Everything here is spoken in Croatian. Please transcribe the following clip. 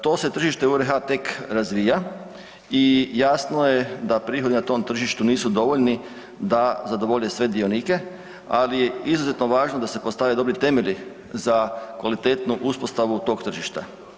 To se tržište u RH tek razvija i jasno je da prihodi na tom tržištu nisu dovoljni da zadovolje sve dionike, ali je izuzetno važno da se postave dobri temelji za kvalitetnu uspostavu tog tržišta.